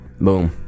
Boom